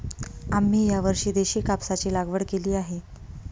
आम्ही यावर्षी देशी कापसाची लागवड केली आहे